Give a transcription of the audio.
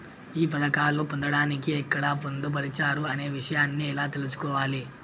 ఈ పథకాలు పొందడానికి ఎక్కడ పొందుపరిచారు అనే విషయాన్ని ఎలా తెలుసుకోవాలి?